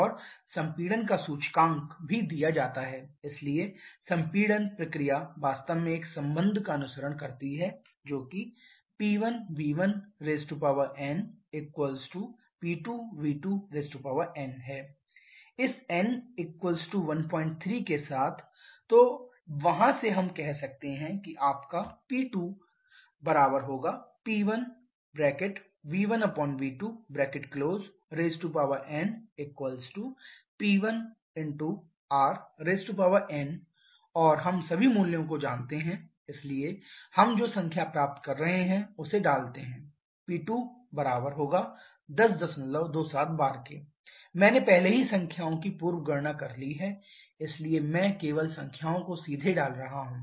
और संपीड़न का सूचकांक भी दिया जाता है इसलिए संपीड़न प्रक्रिया वास्तव में एक संबंध का अनुसरण करती है P1v1nP2v2n इस n 13 के साथ तो वहाँ से हम कह सकते हैं कि आपका P2P1v1v2nP1rn और हम सभी मूल्यों को जानते हैं इसलिए हम जो संख्या प्राप्त कर रहे हैं उसे डालते हैं P21027 bar मैंने पहले ही संख्याओं की पूर्व गणना कर ली है इसलिए मैं केवल संख्याओं को सीधे डाल रहा हूं